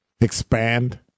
expand